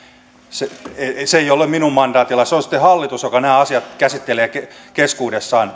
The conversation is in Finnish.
se ei ole minun mandaatillani se on sitten hallitus joka nämä asiat käsittelee keskuudessaan